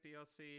dlc